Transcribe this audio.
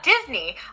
Disney